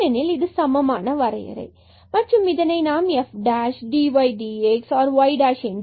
ஏனெனில் இது சமமான வரையறை மற்றும் இதனை நாம் இவ்வாறு f or dy dx or y